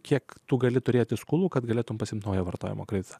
kiek tu gali turėti skolų kad galėtumei pasiimti naują vartojimo kreditą